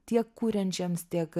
tiek kuriančiams tiek